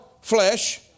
flesh